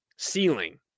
Ceiling